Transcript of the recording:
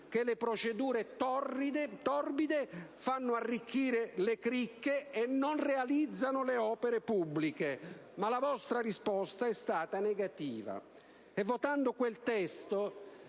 che le procedure torbide fanno arricchire le cricche e non realizzano le opere pubbliche. La vostra risposta è stata negativa. Votando quel testo,